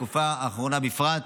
בתקופה האחרונה בפרט,